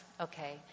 Okay